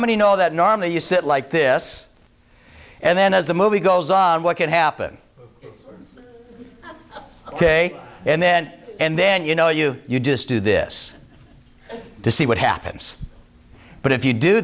that normally you sit like this and then as the movie goes on what could happen ok and then and then you know you you just do this to see what happens but if you do